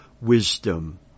wisdom